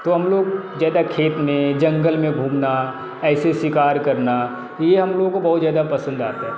तो हम लोग ज़्यादा खेत में जंगल में घूमना ऐसे शिकार करना ये हम लोगों को बहुत ज़्यादा पसंद आता है